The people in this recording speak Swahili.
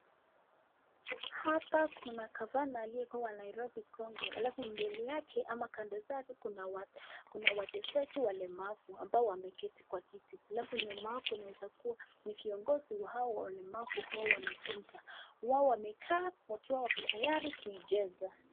Hapa kuna gavana aliyekuwa wa Nairobi Sonko alafu mbele yake ama kando zake kuna wachezaji walemavu, ambao wameketi kwa kiti alafu nyuma yao kunaeza kuwa ni viongozi wa hao walemavu, Huwa wanafunza wao wamekaa wakiwa tayari kuijeza.